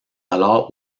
alors